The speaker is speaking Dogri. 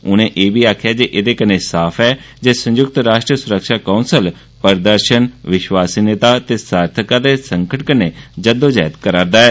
उनें आक्खेआ जे एह्दे कन्नै साफ ऐ जे संयुक्त राष्ट्र सुरक्षा कौंसल प्रदर्शन विश्वासनीयता ते सार्थकता दे संकट कन्नै जद्दोजहद करा'रदा ऐ